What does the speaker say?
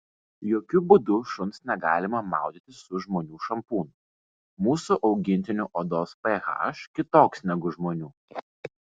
jokiu būdu šuns negalima maudyti su žmonių šampūnu mūsų augintinių odos ph kitoks negu žmonių